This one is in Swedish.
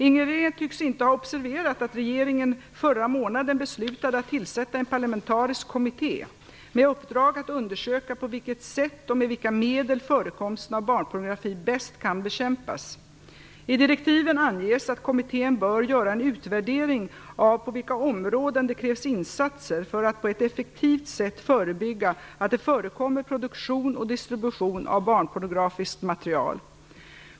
Inger René tycks inte ha observerat att regeringen förra månaden beslutade att tillsätta en parlamentarisk kommitté med uppdrag att undersöka på vilket sätt och med vilka medel förekomsten av barnpornografi bäst kan bekämpas. I direktiven anges att kommittén bör göra en utvärdering av på vilka områden det krävs insatser för att på ett effektivt sätt förebygga att det förekommer produktion och distribution av barnpornografiskt material.